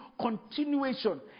continuation